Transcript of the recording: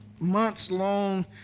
months-long